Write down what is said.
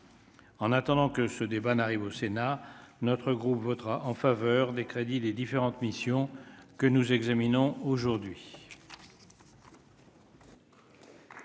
En attendant que ce débat n'arrive au Sénat, notre groupe votera en faveur des crédits, les différentes missions que nous examinons aujourd'hui.